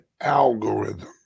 algorithm